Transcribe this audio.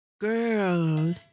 Girl